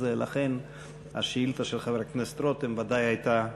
אז לכן השאילתה של חבר הכנסת רותם ודאי הייתה חשובה.